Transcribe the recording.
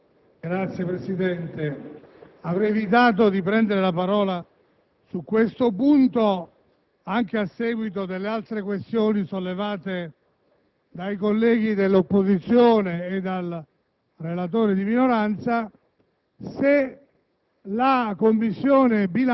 pregiudiziale. Avrei evitato di prendere la parola su questo punto anche a seguito delle altre questioni sollevate